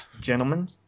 Gentlemen